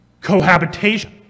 Cohabitation